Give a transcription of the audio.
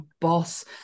Boss